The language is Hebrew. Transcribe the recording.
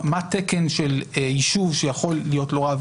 מה התקן של יישוב שיכול להיות לו רב,